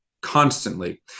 constantly